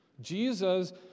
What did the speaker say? Jesus